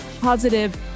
positive